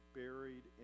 buried